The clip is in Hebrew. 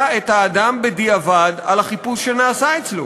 את האדם בדיעבד על החיפוש שנעשה אצלו.